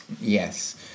Yes